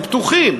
הם פתוחים,